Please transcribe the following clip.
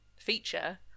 feature